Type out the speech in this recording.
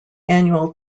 annual